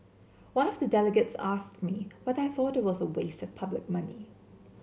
one of the delegates asked me whether I thought was a waste of public money